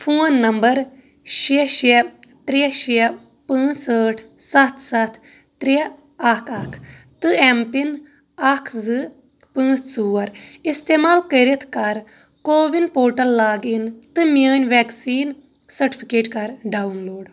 phone number شیٚے شیٚے ترٛےٚ شیٚے پانٛژھ ٲٹھ ستھ ستھ ترٛےٚ اکھ اکھ تہٕ ایم پِن اکھ زٕ پانٛژھ ژور استعمال کٔرِتھ کر CoWIN portal log in تہٕ میٲنۍ ویکسیٖن سٹفیکیٹ کر ڈاؤن لوڈ